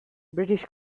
british